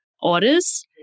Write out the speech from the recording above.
orders